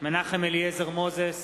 מנחם אליעזר מוזס